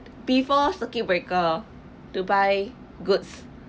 before circuit breaker to buy goods